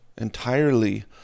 entirely